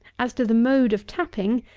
as to the mode of tapping,